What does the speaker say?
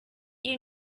you